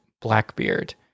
Blackbeard